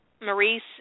Maurice